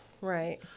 Right